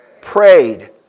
prayed